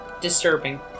disturbing